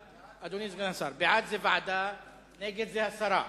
אדוני סגן השר, בעד זה ועדה, נגד זה הסרה.